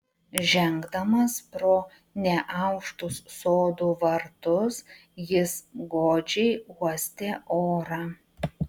žengdamas pro neaukštus sodų vartus jis godžiai uostė orą